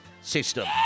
System